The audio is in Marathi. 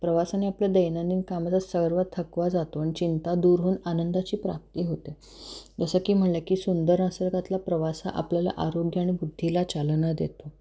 प्रवासाने आपल्या दैनंदिन कामाचा सर्व थकवा जातो आणि चिंता दूर होऊन आनंदाची प्राप्ती होते जसं की म्हणलं की सुंदर निसर्गातला प्रवास हा आपल्याला आरोग्य आणि बुद्धीला चालना देतो